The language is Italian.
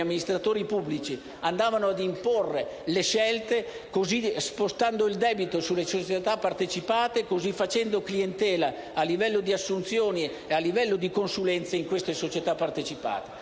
amministratori pubblici andavano ad imporre le scelte, spostando il debito sulle società partecipate, così facendo clientela a livello di assunzioni e a livello di consulenze in queste stesse società.